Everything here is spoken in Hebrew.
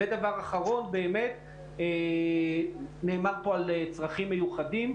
דבר אחרון, דובר פה על צרכים מיוחדים.